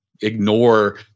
ignore